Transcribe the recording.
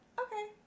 Okay